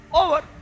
over